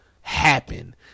happen